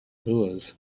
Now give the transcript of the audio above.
doers